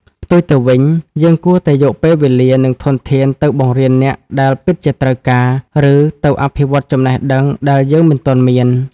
ផ្ទុយទៅវិញ យើងគួរតែយកពេលវេលា និងធនធានទៅបង្រៀនអ្នកដែលពិតជាត្រូវការ ឬទៅអភិវឌ្ឍចំណេះដឹងដែលយើងមិនទាន់មាន។